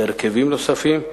בהרכבים נוספים.